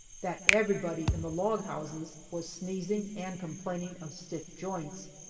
that everybody in the log houses was sneezing and complaining of stiff joints.